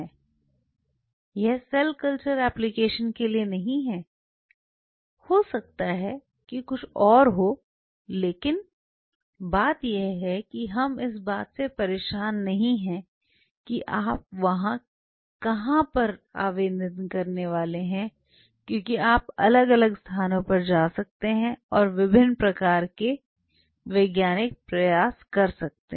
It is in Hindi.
यह सेल कल्चर एप्लिकेशन के लिए नहीं है हो सकता है कि कुछ और हो लेकिन बात यह है कि हम इस बात से परेशान नहीं हैं कि आप कहां आवेदन करने जा रहे हैं क्योंकि आप अलग अलग स्थानों पर जा सकते हैं और विभिन्न प्रकार के वैज्ञानिक प्रयास कर सकते हैं